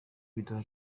biduha